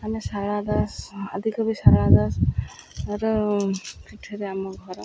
ଆମେ ଶାରଳା ଦାସ ଆଦି କବି ଶାରଳା ଦାସର ପୀଠରେ ଆମ ଘର